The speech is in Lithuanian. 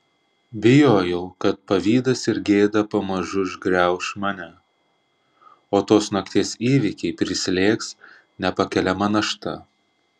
bijojau kad pavydas ir gėda pamažu užgrauš mane o tos nakties įvykiai prislėgs nepakeliama našta